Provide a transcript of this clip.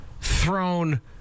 Thrown